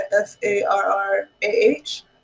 F-A-R-R-A-H